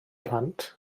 plant